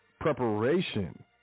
preparation